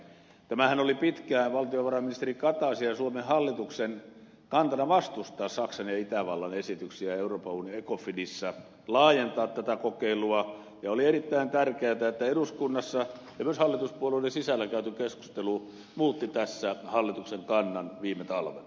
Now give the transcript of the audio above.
valtiovarainministeri kataisen ja suomen hallituksen kantanahan oli pitkään vastustaa saksan ja itävallan esityksiä euroopan unionin ecofinissä laajentaa tätä kokeilua ja oli erittäin tärkeätä että eduskunnassa ja myös hallituspuolueiden sisällä käyty keskustelu muutti tässä hallituksen kannan viime talvena